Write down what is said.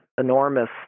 enormous